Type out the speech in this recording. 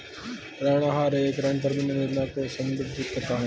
ऋण आहार एक ऋण प्रबंधन योजना को संदर्भित करता है